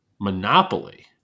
Monopoly